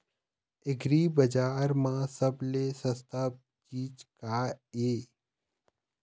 एग्रीबजार म सबले सस्ता चीज का ये?